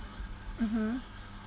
mmhmm